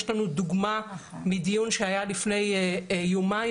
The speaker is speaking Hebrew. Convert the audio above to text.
יש לנו דוגמה מדיון שהיה לפני יומיים